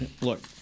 look